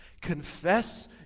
Confess